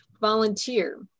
volunteer